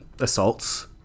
assaults